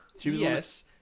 Yes